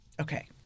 Okay